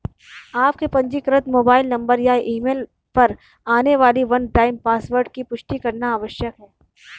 आपके पंजीकृत mobile number या ईमेल पर आने वाले वन टाइम पासवर्ड की पुष्टि करना आवश्यक है